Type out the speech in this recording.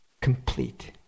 complete